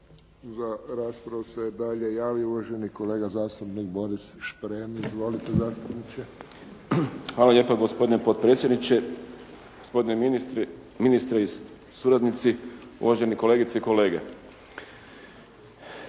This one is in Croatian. Za raspravu se dalje javio, uvaženi kolega zastupnik Boris Šprem. Izvolite zastupniče. **Šprem, Boris (SDP)** Hvala lijepa gospodine potpredsjedniče, gospodine ministre suradnici, uvažene kolegice i kolege.